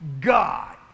God